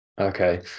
Okay